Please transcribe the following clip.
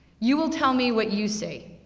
you will tell me what you see.